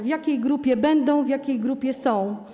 W jakiej grupie będą, w jakiej grupie są?